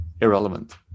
irrelevant